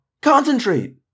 concentrate